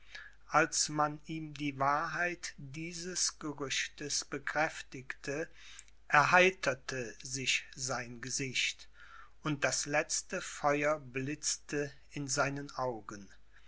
als man ihm die wahrheit dieses gerüchtes bekräftigte erheiterte sich sein gesicht und das letzte feuer blitzte in seinen augen